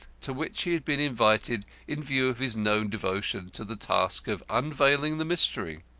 to which he had been invited in view of his known devotion to the task of unveiling the mystery.